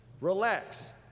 Relax